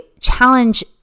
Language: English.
challenge